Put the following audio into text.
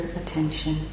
attention